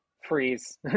freeze